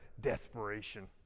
desperation